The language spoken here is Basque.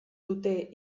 dute